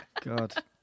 God